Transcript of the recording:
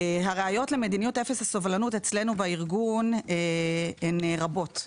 הראיות למדיניות אפס הסובלנות אצלנו בארגון הן רבות.